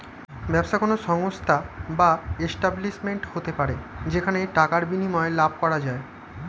ব্যবসা কোন সংস্থা বা এস্টাব্লিশমেন্ট হতে পারে যেখানে টাকার বিনিময়ে লাভ করা যায়